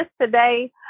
today